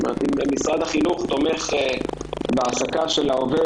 אם משרד החינוך תומך בהעסקה של העובד